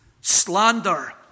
Slander